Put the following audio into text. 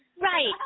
Right